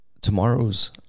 tomorrow's